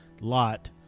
lot